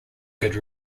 good